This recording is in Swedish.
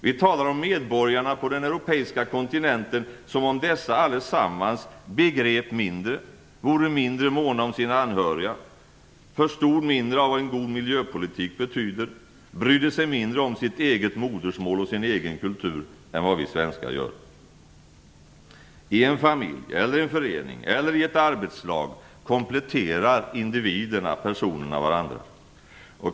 Vi talar om medborgarna på den europeiska kontinenten som om dessa allesammans begrep mindre, vore mindre måna om sina anhöriga, förstod mindre av vad en god miljöpolitik betyder, brydde sig mindre om sitt eget modersmål och sin egen kultur än vad vi svenskar gör. I en familj, i en förening eller i ett arbetslag kompletterar individerna, personerna varandra.